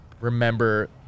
remember